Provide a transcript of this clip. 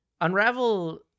Unravel